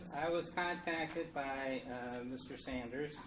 i was contacted by mr. sanders.